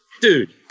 dude